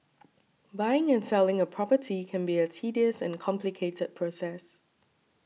buying and selling a property can be a tedious and complicated process